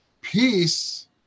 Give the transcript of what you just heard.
Peace